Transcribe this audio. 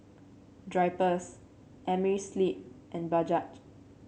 Drypers Amerisleep and Bajaj